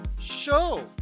show